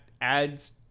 adds